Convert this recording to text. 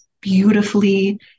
beautifully